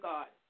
God